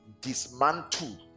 dismantle